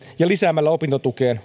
ja lisäämällä opintotukeen